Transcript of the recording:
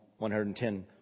110